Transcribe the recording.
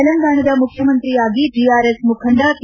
ತೆಲಂಗಾಣದ ಮುಖ್ಯಮಂತ್ರಿಯಾಗಿ ಟಿಆರ್ಎಸ್ ಮುಖಂಡ ಕೆ